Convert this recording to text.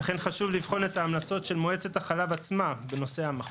לכן חשוב לבחון את ההמלצות של מועצת החלב עצמה בנושא המחסור.